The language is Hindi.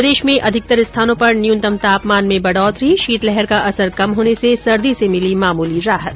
प्रदेश में अधिकतर स्थानों पर न्यूनतम तापमान में बढ़ोतरी शीतलहर का असर कम होने से सर्दी से मिली मामूली राहत